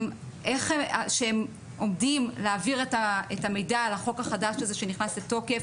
שהם עומדים להעביר את המידע על החוק החדש שנכנס לתוקף